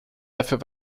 dafür